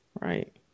Right